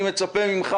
אני מצפה ממך,